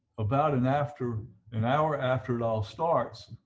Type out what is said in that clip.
about an after an hour after all starts